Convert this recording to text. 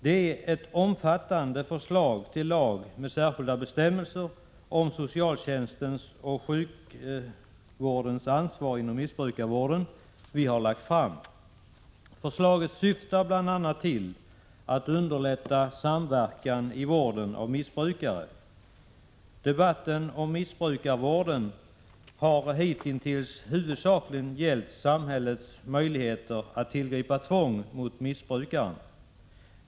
Det är ett omfattande förslag till lag med särskilda bestämmelser om socialtjänstens och sjukvårdens ansvar inom missbrukarvården som vi har lagt fram. Förslaget syftar bl.a. till att underlätta samverkan i vården av missbrukare. Debatten om missbrukarvården har hittills huvudsakligen gällt samhällets möjligheter att tillgripa tvång mot missbrukare.